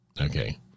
Okay